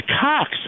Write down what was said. Cox